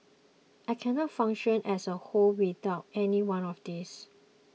I cannot function as a whole without any one of these